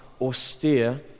austere